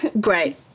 great